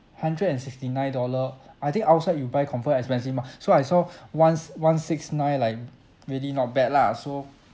hundred and sixty nine dollar I think outside you buy confirm expensive mah so I saw one s~ one six nine like really not bad lah so